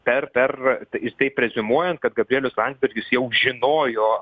per per ir taip preziumuojant kad gabrielius landsbergis jau žinojo